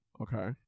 okay